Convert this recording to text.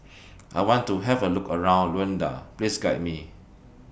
I want to Have A Look around Luanda Please Guide Me